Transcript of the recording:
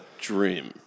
dream